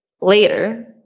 later